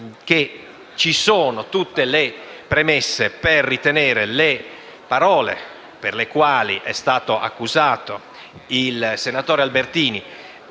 ci sono tutte le premesse per ritenere che le parole per le quali è stato accusato il senatore Albertini